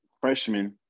freshman